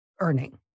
earning